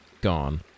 gone